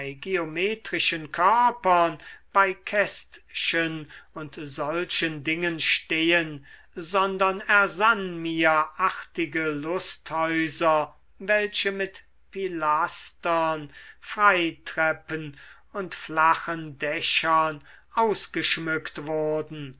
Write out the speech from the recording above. geometrischen körpern bei kästchen und solchen dingen stehen sondern ersann mir artige lusthäuser welche mit pilastern freitreppen und flachen dächern ausgeschmückt wurden